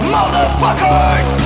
Motherfuckers